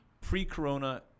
pre-corona